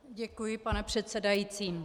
Děkuji, pane předsedající.